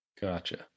Gotcha